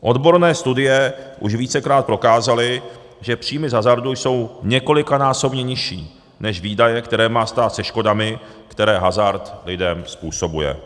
Odborné studie už vícekrát prokázaly, že příjmy z hazardu jsou několikanásobně nižší než výdaje, které má stát se škodami, které hazard lidem způsobuje.